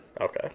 Okay